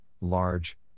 large